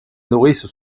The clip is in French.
nourrice